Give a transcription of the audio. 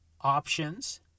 options